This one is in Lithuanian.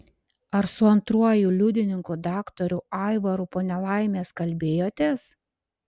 ar su antruoju liudininku daktaru aivaru po nelaimės kalbėjotės